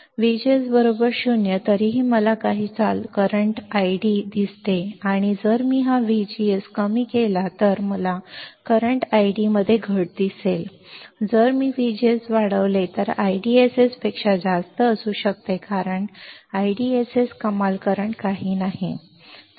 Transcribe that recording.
तर VGS 0 तरीही मला काही चालू ID दिसते आणि जर मी हा VGS कमी केला तर मला चालू ID मध्ये घट दिसेल पण जर मी VGS वाढवले तर ते IDSS पेक्षा जास्त असू शकते कारण IDSS कमाल करंट नाही